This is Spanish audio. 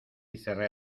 cerré